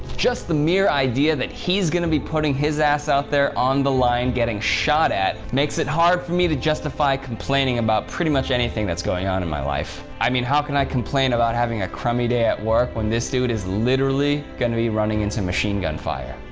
just the mere idea that he's gonna be putting his ass out there on the line, getting shot at, makes it hard for me to justify complaining about pretty much anything that's going on in my life. i mean how can i complain about having a crummy day at work when this dude is literally gonna be running into machine gun fire.